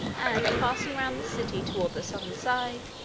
and, passing round the city toward the southern side,